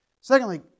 Secondly